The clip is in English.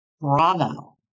Bravo